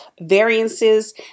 variances